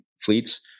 fleets